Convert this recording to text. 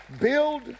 Build